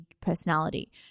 personality